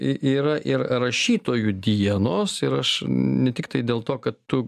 yra ir rašytojų dienos ir aš ne tiktai dėl to kad tu